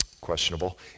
questionable